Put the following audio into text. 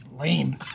lame